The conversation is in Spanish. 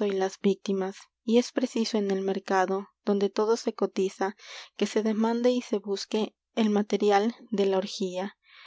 hoy las víctimas no y es son raras preciso en se el mercado donde todo que se cotiza y se demande busque el material de la